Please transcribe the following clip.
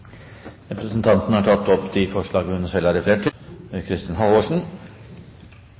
Representanten Trine Skei Grande har tatt opp de forslagene hun